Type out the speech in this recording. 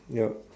yup